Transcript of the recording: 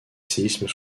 séismes